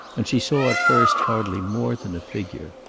and she saw at first hardly more than a figure.